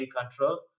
control